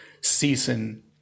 season